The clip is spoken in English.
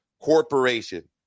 corporation